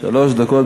שלוש דקות.